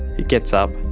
he gets up,